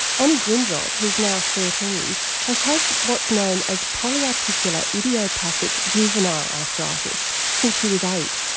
annie grindrod who's now thirteen has had what's known as polyarticular idiopathic juvenile arthritis since she was eight.